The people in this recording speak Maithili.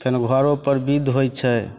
फेर घरोपर विध होइ छै